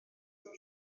dim